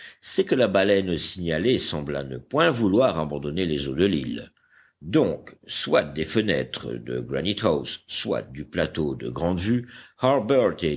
c'est que la baleine signalée sembla ne point vouloir abandonner les eaux de l'île donc soit des fenêtres de granite house soit du plateau de